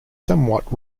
somewhat